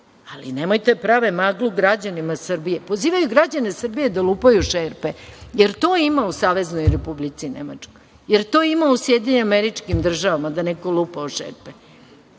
ali nemojte da prave maglu građanima Srbije. Pozivaju građane da lupaju šerpe. Da li to ima u Saveznoj Republici Nemačkoj? Da li to ima u Sjedinjenim Američkim Državama, da neko lupa o šerpe?